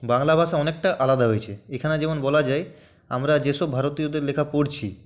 বাংলা ভাষা অনেকটা আলাদা হয়েছে এখানে যেমন বলা যায় আমরা যেসব ভারতীয়দের লেখা পড়ছি